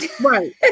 right